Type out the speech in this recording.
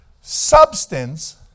Substance